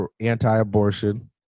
anti-abortion